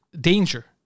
danger